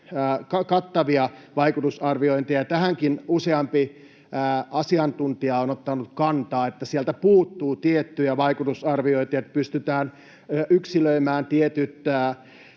kattavia vaikutusarviointeja. Tähänkin useampi asiantuntija on ottanut kantaa, että sieltä puuttuu tiettyjä vaikutusarviointeja, että pystytään yksilöimään tietyt